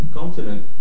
continent